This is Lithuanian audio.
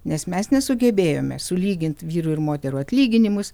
nes mes nesugebėjome sulyginti vyrų ir moterų atlyginimus